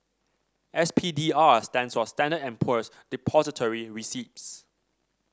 S P D R stands for Standard and Poor's Depository Receipts